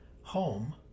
home